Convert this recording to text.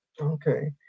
Okay